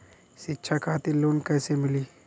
शिक्षा खातिर लोन कैसे मिली?